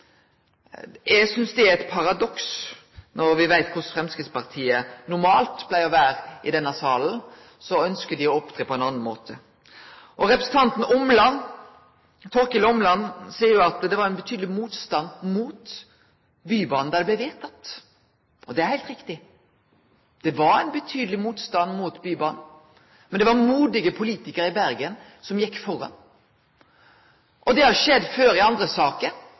Eg synest det er eit paradoks, når me veit korleis Framstegspartiet normalt pleier å vere i denne salen, at dei her ønskjer å opptre på ein annan måte. Representanten Torkil Åmland seier at det var betydeleg motstand mot Bybanen da han blei vedteken. Det er heilt riktig. Det var ein betydeleg motstand mot Bybanen. Men det var modige politikarar i Bergen som gjekk føre. Og det har skjedd før, i andre saker